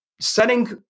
setting